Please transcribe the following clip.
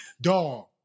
Dog